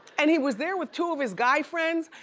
and he was there with two of his guy friends,